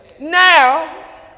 now